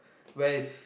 where is